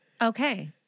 Okay